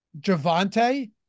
javante